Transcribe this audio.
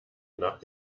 nach